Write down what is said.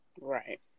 Right